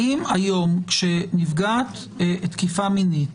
האם היום, כשנפגעת תקיפה מינית